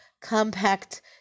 compact